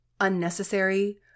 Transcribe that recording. unnecessary